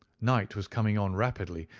night was coming on rapidly,